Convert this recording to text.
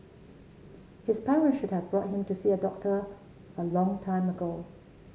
his parents should have brought him to see a doctor a long time ago